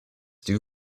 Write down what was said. dew